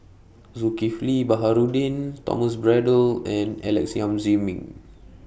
Zulkifli Baharudin Thomas Braddell and Alex Yam Ziming